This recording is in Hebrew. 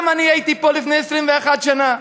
גם אני הייתי פה לפני 21 שנה.